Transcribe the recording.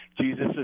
Jesus